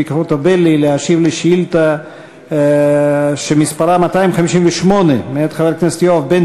חוטובלי להשיב על שאילתה מס' 258 מאת חבר הכנסת יואב בן